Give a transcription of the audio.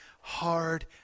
hard